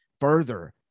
further